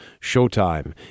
Showtime